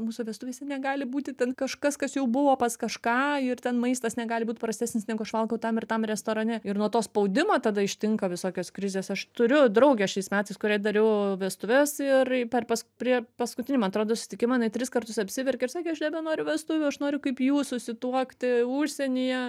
mūsų vestuvėse negali būti ten kažkas kas jau buvo pas kažką ir ten maistas negali būt prastesnis negu aš valgau tam ir tam restorane ir nuo to spaudimo tada ištinka visokios krizės aš turiu draugę šiais metais kuriai dariau vestuves ir per pas prie paskutinį man atrodo susitikimą jinai tris kartus apsiverkė ir sakė aš nebenoriu vestuvių aš noriu kaip jūs susituokti užsienyje